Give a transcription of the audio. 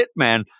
hitman